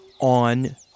on